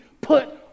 put